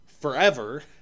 forever